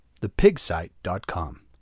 thepigsite.com